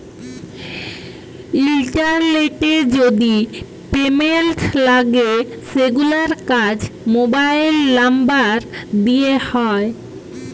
ইলটারলেটে যদি পেমেল্ট লাগে সেগুলার কাজ মোবাইল লামবার দ্যিয়ে হয়